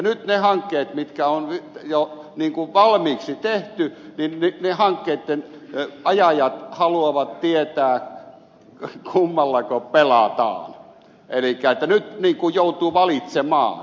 nyt niiden hankkeiden ajajat jotka on jo valmiiksi tehty hyvin vihaa tietyn työpaja ja haluavat tietää kummallako pelataan elikkä nyt joutuu valitsemaan